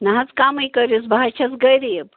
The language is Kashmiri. نَہ حظ کَمٕے کَرۍوُس بہٕ حظ چھَس غریٖب